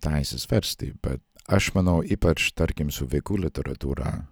teises versti bet aš manau ypač tarkim su vaikų literatūra